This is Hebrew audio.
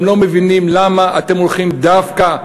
והם לא מבינים למה אתם הולכים דווקא,